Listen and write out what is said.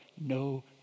no